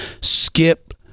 Skip